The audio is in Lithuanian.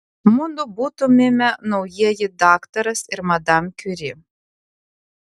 mudu būtumėme naujieji daktaras ir madam kiuri